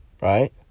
Right